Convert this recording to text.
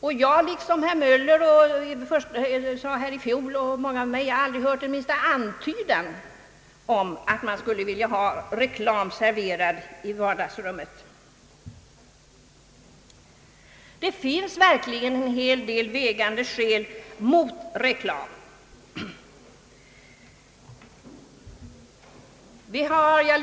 Jag kan liksom herr Möller och många andra gjorde i fjol hävda att det aldrig hörts minsta antydan om att svenska folket skulle vilja ha reklam serverad i vardagsrummen. Det finns en hel del vägande skäl mot reklam.